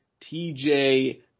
TJ